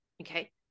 Okay